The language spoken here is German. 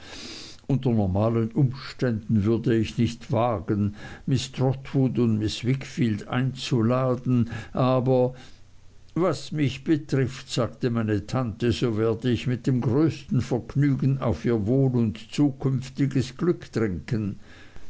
unter normalen umständen würde ich nicht wagen miß trotwood und miß wickfield einzuladen aber was mich betrifft sagte meine tante so werde ich mit dem größten vergnügen auf ihr wohl und zukünftiges glück trinken